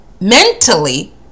mentally